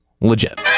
legit